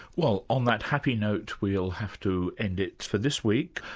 well, on that happy note, we'll have to end it for this week.